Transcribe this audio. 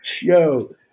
Yo